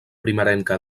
primerenca